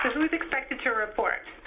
who's expected to report?